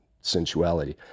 sensuality